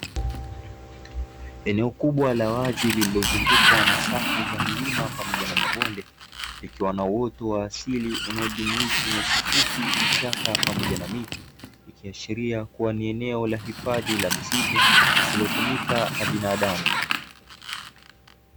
Eneo kubwa la wazi lililozungukwa na safu za milima pamoja na mabonde, ikiwa na uoto wa asili unaojumuisha: nyasi fupi, vichaka pamoja na miti; ikiashiria kuwa ni eneo la hifadhi la misitu lisilotumika na binadamu.